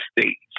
States